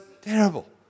terrible